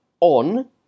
on